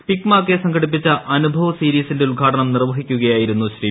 സ്പിക് MACAY സംഘടിപ്പിച്ച അനുഭവ് സീരീസിന്റെ ഉദ്ഘാടനം നിർവഹിക്കുകയായിരുന്നു ശ്രീ